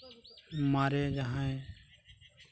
ᱢᱟᱨᱮ ᱡᱟᱦᱟᱸᱭ